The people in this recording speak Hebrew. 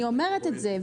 אני אומרת את זה,